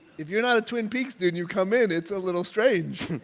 if you're not a twin peaks dude, you come in, it's a little strange.